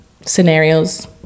scenarios